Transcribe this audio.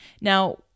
Now